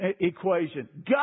equation